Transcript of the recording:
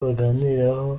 baganiraho